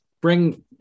bring